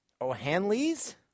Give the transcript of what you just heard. O'Hanleys